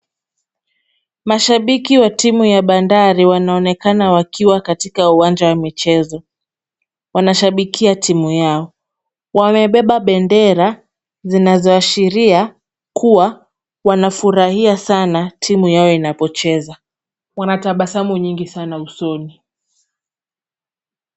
Mashabiki wa timu ya Bandari wanaonekana wakiwa katika uwanja wa michezo. Wanashabikia timu yao. Wamebeba bendera zinazoashiria kuwa wanafurahia sana timu yao inapocheza. Wana tabasamu nyingi sana usoni.